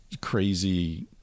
crazy